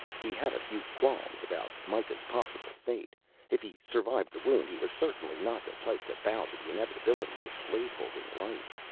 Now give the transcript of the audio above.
he had a few qualms about mikah's possible fate if he survived the wound he was certainly not the type to bow to the inevitabilities of slave-holding life.